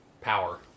Power